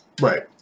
Right